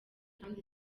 kandi